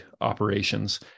operations